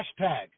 hashtag